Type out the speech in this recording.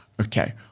Okay